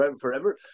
forever